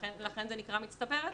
לכן זה נקרא מצטברת.